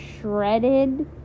shredded